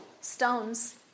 stones